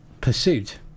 pursuit